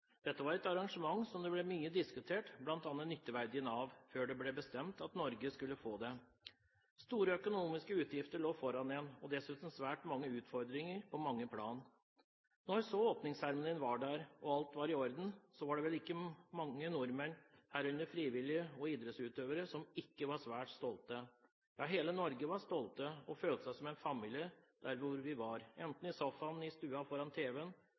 skulle få det. Store økonomiske utgifter lå foran oss, og dessuten svært mange utfordringer på mange plan. Når så åpningsseremonien var der, og alt var i orden, var det vel ikke mange nordmenn, herunder frivillige og idrettsutøvere, som ikke var svært stolte. Ja, hele Norge var stolt, og vi følte oss som en familie enten vi var i sofaen i stuen foran